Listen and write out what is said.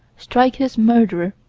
strike his murderer,